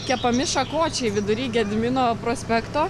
kepami šakočiai vidury gedimino prospekto